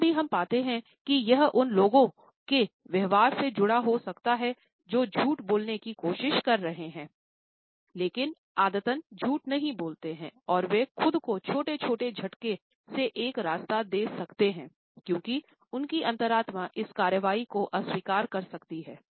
कभी कभी हम पाते हैं कि यह उन लोगों के व्यवहार से जुड़ा हो सकता है जो झूठ बोलने की कोशिश कर रहे हैं लेकिन आदतन झूठे नहीं बोलते हैं और वे खुद को छोटे छोटे झटके से एक रास्ता दे सकते हैं क्योंकि उनकी अंतरात्मा इस कार्रवाई को अस्वीकार कर सकती है